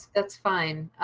that's fine,